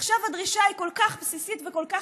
עכשיו הדרישה היא כל כך בסיסית וכל כך